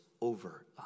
over